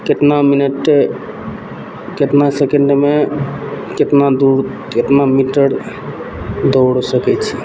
केतना मिनट केतना सेकेण्डमे केतना दूर केतना मीटर दौड़ सकैत छी